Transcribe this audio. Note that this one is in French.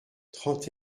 trente